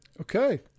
okay